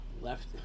Left